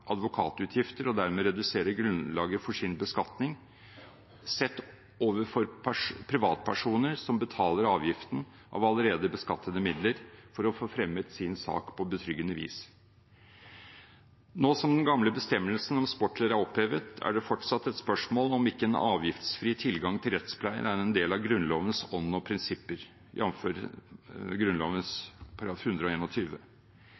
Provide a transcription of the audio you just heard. advokatutgifter og dermed redusere grunnlaget for sin beskatning, og de privatpersoner som betaler avgiften av allerede beskattede midler for å få fremmet sin sak på betryggende vis. Nå som den gamle bestemmelsen om sportler er opphevet, er det fortsatt et spørsmål om ikke en avgiftsfri tilgang til rettspleien er en del av Grunnlovens ånd og prinsipper,